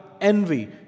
envy